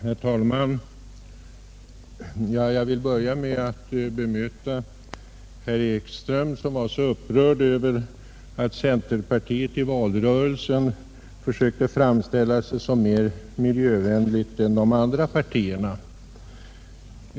Herr talman! Jag vill börja med att bemöta herr Ekström, som var mycket upprörd över att centerpartiet i valrörelsen försökte framställa sig som mer miljövänligt än de övriga partierna.